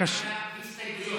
מתי נצביע על ההסתייגויות?